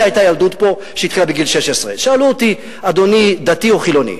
לי היתה פה ילדות שהתחילה בגיל 16. שאלו אותי: אדוני דתי או חילוני?